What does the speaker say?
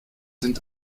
sind